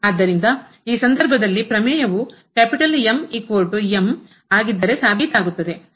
ಆದ್ದರಿಂದ ಈ ಸಂದರ್ಭದಲ್ಲಿ ಪ್ರಮೇಯವು ಆಗಿದ್ದರೆ ಸಾಬೀತಾಗುತ್ತದೆ